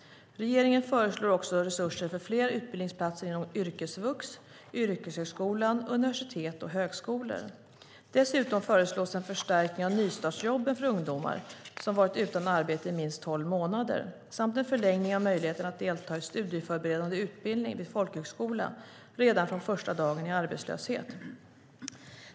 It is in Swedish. Regeringen föreslår också resurser för fler utbildningsplatser inom yrkesvux, yrkeshögskolan, universitet och högskolor. Dessutom föreslås en förstärkning av nystartsjobben för ungdomar som har varit utan arbete i minst tolv månader samt en förlängning av möjligheten att delta i studieförberedande utbildning vid folkhögskola redan från första dagen i arbetslöshet.